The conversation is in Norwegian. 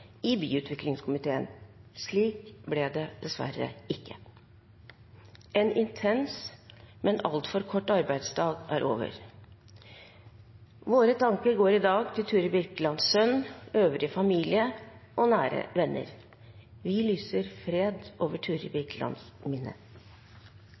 i byutviklingskomiteen. Slik ble det dessverre ikke. En intens, men altfor kort arbeidsdag er over. Våre tanker går i dag til Turid Birkelands sønn, øvrige familie og nære venner. Vi lyser fred over